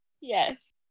Yes